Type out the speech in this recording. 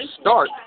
start